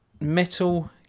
Metal